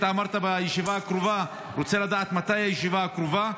אמרת "בישיבה הקרובה"; אני רוצה לדעת מתי הישיבה הקרובה,